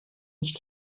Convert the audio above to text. nicht